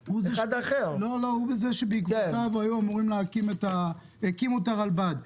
הוא זה שבעקבותיו הקימו את הרלב"ד.